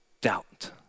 doubt